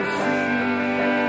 see